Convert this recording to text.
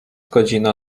godzina